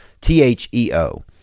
T-H-E-O